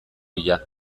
bila